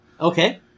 Okay